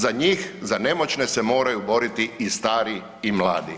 Za njih, za nemoćne se moraju boriti i stari i mladi.